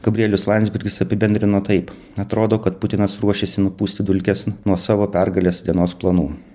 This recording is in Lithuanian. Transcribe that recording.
gabrielius landsbergis apibendrino taip atrodo kad putinas ruošiasi nupūsti dulkes nuo savo pergalės dienos planų